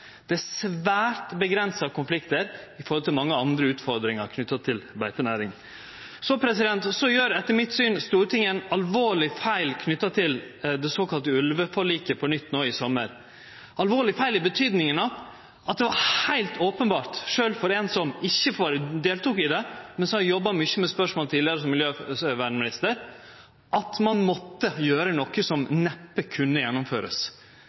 Det er svært avgrensa konfliktar i høve til mange andre utfordringar knytte til beitenæring. Så gjer etter mitt syn Stortinget ein alvorleg feil knytt til det såkalla ulveforliket på nytt no i sommar – alvorleg feil i tydinga at det var heilt openbert sjølv for ein som ikkje deltok i det, men som har jobba mykje med spørsmålet tidlegare som miljøvernminister, at ein måtte gjere noko som neppe kunne gjennomførast.